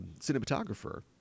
cinematographer